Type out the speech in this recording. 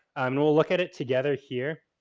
um and we'll look at it together here.